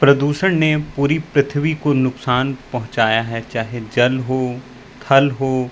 प्रदूषण ने पूरी पृथ्वी को नुकसान पहुँचाया है चाहे जल हो थल हो